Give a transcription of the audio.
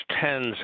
tens